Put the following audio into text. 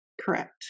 Correct